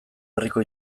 herriko